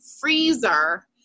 freezer